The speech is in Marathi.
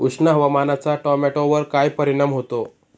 उष्ण हवामानाचा टोमॅटोवर काय परिणाम होतो?